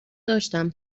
داشتم